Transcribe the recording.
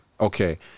okay